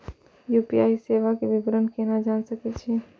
UPI सेवा के विवरण केना जान सके छी?